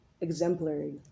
exemplary